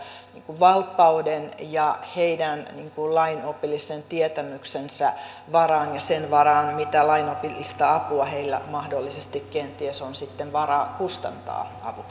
valppauden ja heidän lainopillisen tietämyksensä varaan ja sen varaan mitä lainopillista apua heillä mahdollisesti kenties on sitten varaa kustantaa